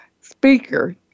speaker